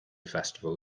festival